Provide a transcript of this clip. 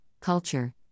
culture